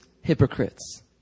hypocrites